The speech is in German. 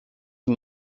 die